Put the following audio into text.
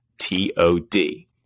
T-O-D